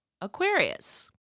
Aquarius